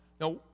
Now